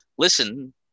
listen